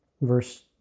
verse